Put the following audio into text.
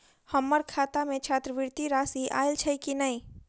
हम्मर खाता मे छात्रवृति राशि आइल छैय की नै?